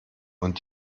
und